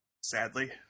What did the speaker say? sadly